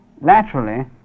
laterally